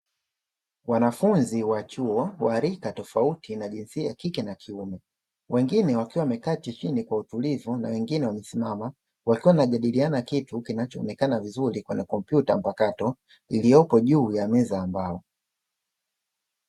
Wanafunzi wa chuo wa rika tofauti na jinsia ya kike na kiume. Wengine wakiwa wamekaa chini kwa utulivu, na wengine wamesimama wakiwa wanajadiliana kitu kinachoonekana vizuri kwenye kompyuta mpakato, iliyopo juu ya meza ya mbao.